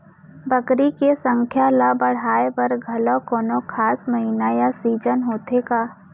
बकरी के संख्या ला बढ़ाए बर घलव कोनो खास महीना या सीजन होथे का?